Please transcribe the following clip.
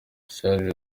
charles